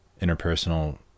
interpersonal